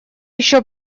еще